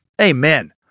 Amen